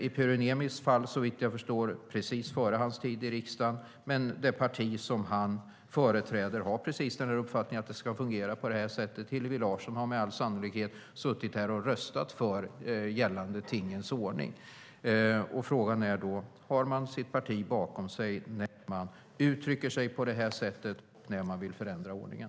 I Pyry Niemis fall skedde detta såvitt jag förstår precis före hans tid i riksdagen, men det parti som han företräder har uppfattningen att det ska fungera på det här sättet. Hillevi Larsson har med all sannolikhet suttit här och röstat för gällande tingens ordning. Frågan är då: Har man sitt parti bakom sig när man uttrycker sig på det här sättet och vill förändra ordningen?